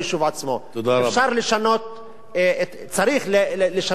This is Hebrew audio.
אפשר לשנות, צריך לשנות את המצב הזה.